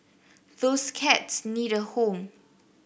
those cats need a home